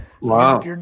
Wow